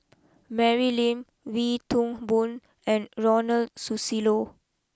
Mary Lim Wee Toon Boon and Ronald Susilo